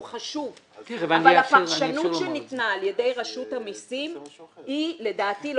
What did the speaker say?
חשוב אבל הפרשנות שניתנה על ידי רשות המסים היא לדעתי,